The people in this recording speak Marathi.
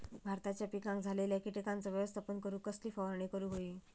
भाताच्या पिकांक झालेल्या किटकांचा व्यवस्थापन करूक कसली फवारणी करूक होई?